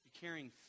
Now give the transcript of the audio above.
carrying